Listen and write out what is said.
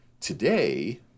today